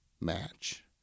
match